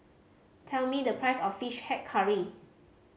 tell me the price of Fish Head Curry